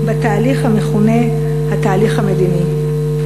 בתהליך המכונה "התהליך המדיני".